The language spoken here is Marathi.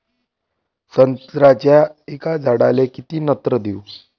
संत्र्याच्या एका झाडाले किती नत्र देऊ?